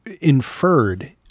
inferred